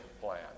plan